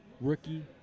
rookie